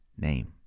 name